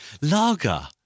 Lager